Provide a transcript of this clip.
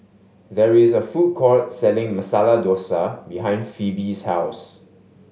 there is a food court selling Masala Dosa behind Phoebe's house